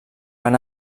van